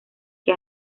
que